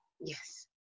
Yes